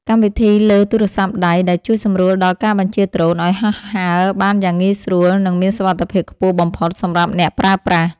កម្មវិធីលើទូរសព្ទដៃដែលជួយសម្រួលដល់ការបញ្ជាដ្រូនឱ្យហោះហើរបានយ៉ាងងាយស្រួល និង មានសុវត្ថិភាពខ្ពស់បំផុតសម្រាប់អ្នកប្រើប្រាស់។